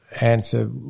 answer